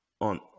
on